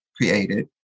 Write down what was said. created